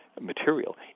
material